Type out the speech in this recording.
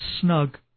snug